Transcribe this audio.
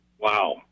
Wow